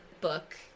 book